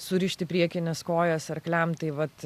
surišti priekines kojas arkliam tai vat